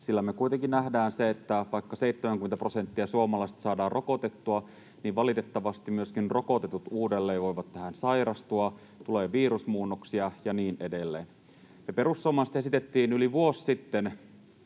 sillä me kuitenkin nähdään se, että vaikka 70 prosenttia suomalaisista saadaan rokotettua, niin valitettavasti myöskin rokotetut voivat uudelleen tähän sairastua, tulee virusmuunnoksia ja niin edelleen. Me perussuomalaiset esitettiin yli vuosi sitten